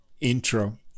intro